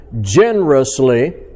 generously